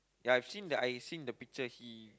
ya I've seen the I seen the picture he